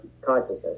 consciousness